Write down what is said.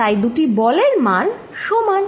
তাই দুটি বলের মান সমান